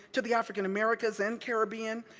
to the african americas and caribbean,